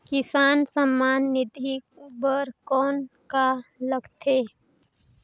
किसान सम्मान निधि बर कौन का लगथे?